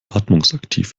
atmungsaktiv